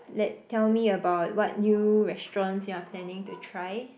let tell me about what new restaurants you are planning to try